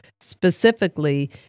specifically